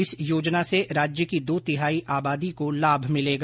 इस योजना से राज्य की दो तिहाई आबादी को लाभ मिलेगा